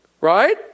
right